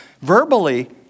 verbally